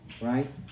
right